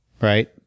right